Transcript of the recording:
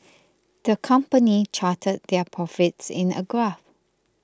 the company charted their profits in a graph